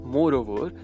Moreover